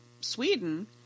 Sweden –